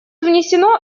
внесено